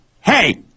hey